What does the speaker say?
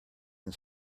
and